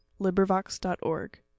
librivox.org